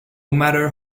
matter